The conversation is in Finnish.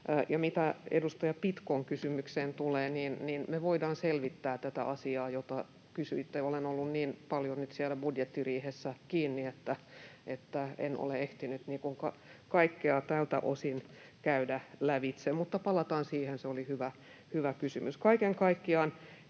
edustaja Pitkon kysymykseen tulee, me voidaan selvittää tätä asiaa, jota kysyitte. Olen ollut niin paljon nyt kiinni siellä budjettiriihessä, että en ole ehtinyt kaikkea tältä osin käydä lävitse. Mutta palataan siihen, se oli hyvä kysymys.